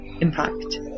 impact